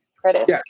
credit